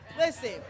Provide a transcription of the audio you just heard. Listen